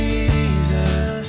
Jesus